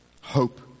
hope